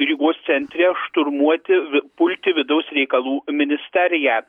rygos centre šturmuoti vi pulti vidaus reikalų ministeriją